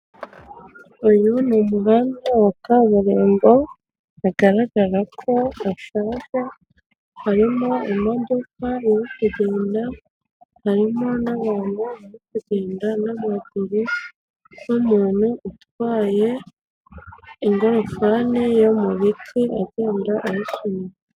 Ibi ni ibikorwa bya leta birimo kubaka imihanda ikomeye inyurwamo n'ibinyabiziga nka za hoho n'amabisi atwara abagenzi.